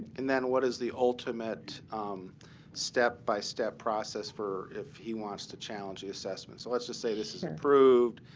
and then what is the ultimate step-by-step process for if he wants to challenge the assessment? so let's just say this is approved.